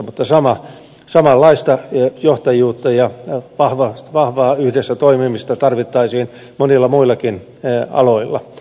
mutta samanlaista johtajuutta ja vahvaa yhdessä toimimista tarvittaisiin monilla muillakin aloilla